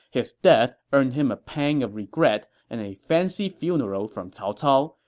his death earned him a pang of regret and a fancy funeral from cao cao,